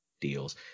deals